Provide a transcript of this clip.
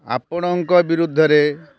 ଆପଣଙ୍କ ବିରୁଦ୍ଧରେ